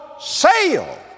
sail